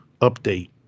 update